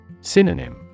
Synonym